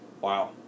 Wow